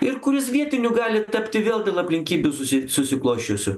ir kuris vietiniu gali tapti vėl dėl aplinkybių susi susiklosčiusių